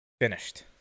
finished